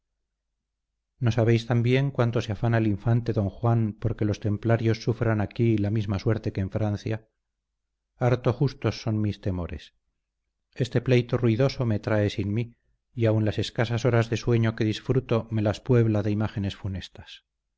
no sabéis también cuánto se afana el infante don juan porque los templarios sufran aquí la misma suerte que en francia harto justos son mis temores este pleito ruidoso me trae sin mí y aun las escasas horas de sueño que disfruto me las puebla de imágenes funestas